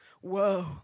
whoa